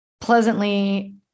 pleasantly